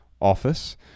office